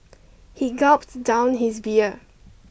he gulped down his beer